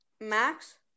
Max